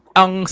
ang